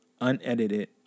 unedited